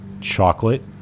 chocolate